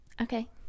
okay